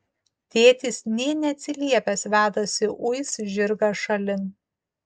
tėtis nė neatsiliepęs vedasi uis žirgą šalin